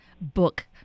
book